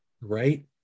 Right